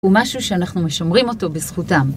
ומשהו שאנחנו משמרים אותו בזכותם.